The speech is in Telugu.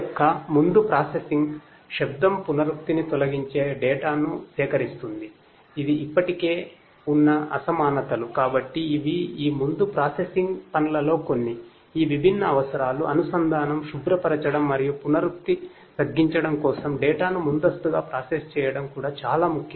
డేటా చేయడం కూడా చాలా ముఖ్యం